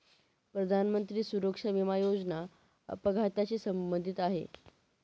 प्रधानमंत्री सुरक्षा विमा योजना अपघाताशी संबंधित आहे